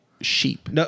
sheep